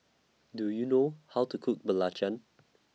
Do YOU know How to Cook Belacan